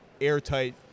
airtight